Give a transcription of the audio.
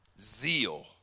zeal